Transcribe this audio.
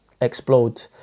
explode